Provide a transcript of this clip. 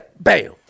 Bam